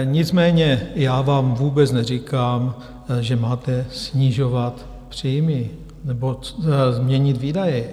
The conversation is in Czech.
Nicméně já vám vůbec neříkám, že máte snižovat příjmy nebo změnit výdaje.